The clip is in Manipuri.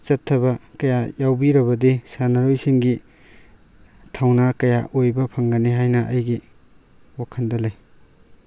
ꯆꯠꯊꯕ ꯀꯌꯥ ꯌꯥꯎꯕꯤꯔꯕꯗꯤ ꯁꯥꯟꯅꯔꯣꯏꯁꯤꯡꯒꯤ ꯊꯧꯅꯥ ꯀꯌꯥ ꯑꯣꯏꯕ ꯐꯪꯒꯅꯦ ꯍꯥꯏꯅ ꯑꯩꯒꯤ ꯋꯥꯈꯜꯗ ꯂꯩ